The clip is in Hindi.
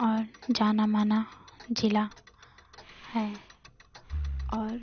और जाना माना ज़िला है और